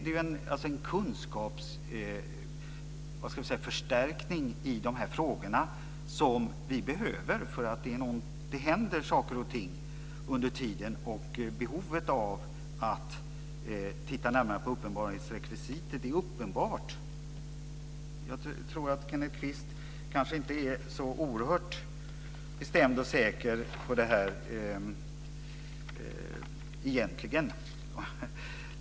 Det är ju en kunskapsförstärkning i dessa frågor som vi behöver, eftersom det händer saker och ting under tiden, och behovet av att titta närmare på uppenbarhetsrekvisitet är uppenbart. Kenneth Kvist kanske egentligen inte är så oerhört bestämd och säker i fråga om detta.